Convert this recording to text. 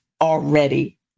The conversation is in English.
already